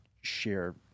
share